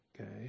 Okay